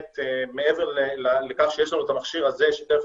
מעבר לכך שיש לנו את המכשיר הזה שתיכף